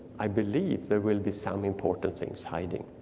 i believe, there will be some important things hiding.